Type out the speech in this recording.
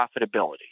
profitability